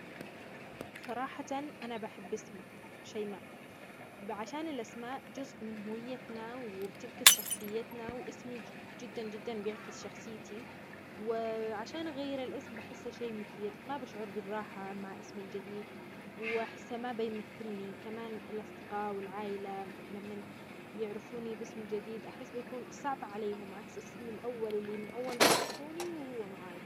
صراحة أنا بحب إسمي، شيماء ،عشان الأسماء جزء من هويتنا، وبتعكس شخصيتنا وإسمي جدا جدا بيعكس شخصيتي، وعشان أغير الإسم بحسه شيء مثير ما بشعر بالراحة مع إسمي الجديد وأحسها ما بيمثلني. كمان الأصدقاء والعائلة لمن يعرفوني باسم جديد أحس بيكون صعب عليهم، عكس اسمي الأول إللي من أول ما عرفوني وهو معاي.